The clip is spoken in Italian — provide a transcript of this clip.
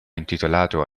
intitolato